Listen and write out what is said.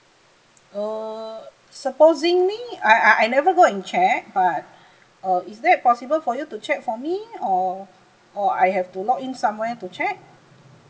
err supposingly I I I never go and check but uh is that possible for you to check for me or or I have to log in somewhere to check